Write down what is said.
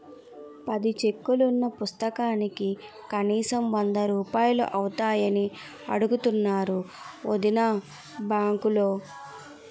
పది చెక్కులున్న పుస్తకానికి కనీసం వందరూపాయలు అవుతాయని అడుగుతున్నారు వొదినా బాంకులో